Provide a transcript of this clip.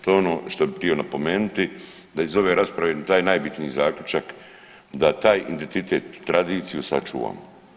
To je ono što bih htio napomenuti da iz ove rasprave taj najbitniji zaključak, da taj identitet, tradiciju sačuvamo.